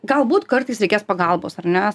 galbūt kartais reikės pagalbos ar ne